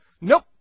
Nope